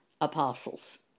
apostles